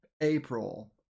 April